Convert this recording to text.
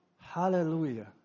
Hallelujah